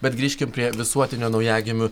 bet grįžkim prie visuotinio naujagimių